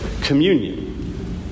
communion